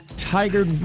Tiger